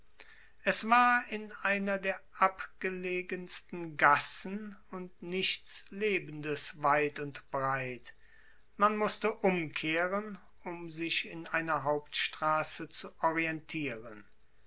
es war in einer der abgelegensten gassen und nichts lebendes weit und breit man mußte umkehren um sich in einer hauptstraße zu orientieren